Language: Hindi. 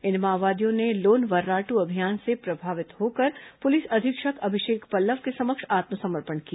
इन माओवादियों ने लोन वर्राटू अभियान से प्रभावित होकर पुलिस अधीक्षक अभिषेक पल्लव के समक्ष आत्मसमर्पण किया